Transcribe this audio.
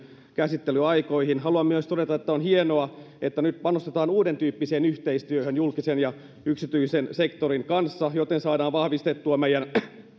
käsittelyaikoihin ollaan tarttumassa haluan myös todeta että on hienoa että nyt panostetaan uudentyyppiseen yhteistyöhön julkisen ja yksityisen sektorin välillä joten saadaan vahvistettua meidän